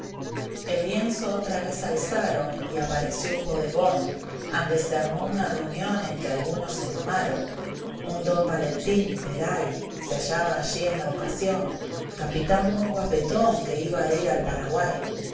el lienzo otra vez alzaron y apareció un bodegón ande se armó una reunión en que algunos se mamaron un don valentín velay se hallaba allí en la ocasión capitán muy guapetón que iba a dir al paraguay